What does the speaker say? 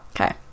Okay